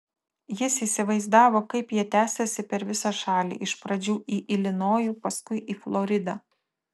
jis įsivaizdavo kaip jie tęsiasi per visą šalį iš pradžių į ilinojų paskui į floridą